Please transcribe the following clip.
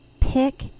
pick